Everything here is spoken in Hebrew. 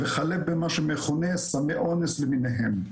וכלה במה שמכונה סמי אונס למיניהם.